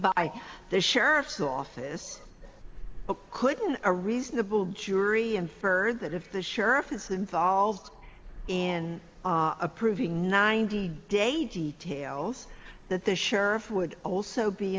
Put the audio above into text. by the sheriff's office couldn't a reasonable jury infer that if the sheriff is involved in approving ninety day details that the sheriff would also be